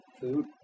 food